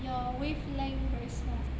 your wavelength very small